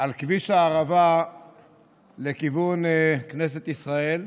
על כביש הערבה לכיוון כנסת ישראל,